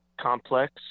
complex